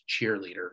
cheerleader